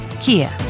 Kia